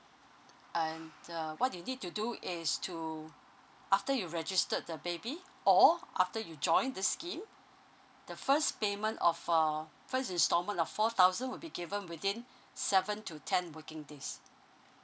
and uh what you need to do is to after you registered the baby or after you join the scheme the first payment of uh first installment of four thousand will be given within seven to ten working days